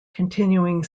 continuing